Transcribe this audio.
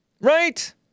right